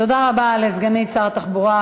תודה רבה לסגנית שר התחבורה,